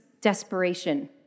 desperation